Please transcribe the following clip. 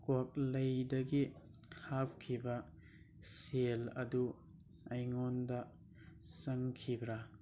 ꯀ꯭ꯋꯥꯛꯂꯩꯗꯒꯤ ꯍꯥꯞꯈꯤꯕ ꯁꯦꯜ ꯑꯗꯨ ꯑꯩꯉꯣꯟꯗ ꯆꯪꯈꯤꯕ꯭ꯔꯥ